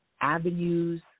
avenues